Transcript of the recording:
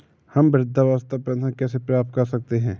हम वृद्धावस्था पेंशन कैसे प्राप्त कर सकते हैं?